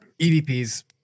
EVPs